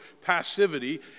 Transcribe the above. passivity